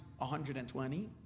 120